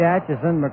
Atchison